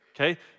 okay